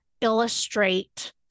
illustrate